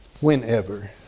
whenever